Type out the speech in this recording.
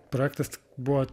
projektas buvo